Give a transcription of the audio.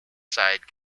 side